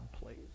please